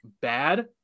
bad